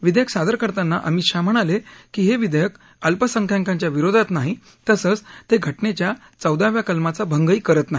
विधेयक सादर करताना अमित शहा म्हणाले की हे विधेयक अल्पसख्यांकांच्या विरोधात नाही तसंच ते घटनेच्या चौदाव्या कलमाचा भंगही करत नाही